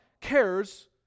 cares